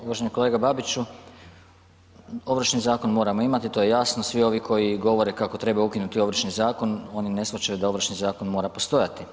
Uvaženi kolega Babiću, Ovršni zakon moramo imati, to je jasno, svi ovi koji govore kako treba ukinuti Ovršni zakon, oni ne shvaćaju da Ovršni zakon mora postojati.